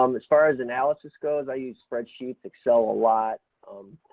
um as far as analysis goes, i use spreadsheets, excel a lot, um,